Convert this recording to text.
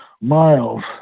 miles